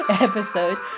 episode